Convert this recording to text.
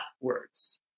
words